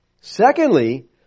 Secondly